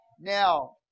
Now